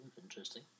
interesting